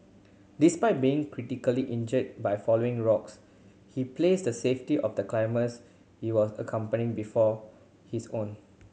despite being critically injured by falling rocks he placed the safety of the climbers he was accompanying before his own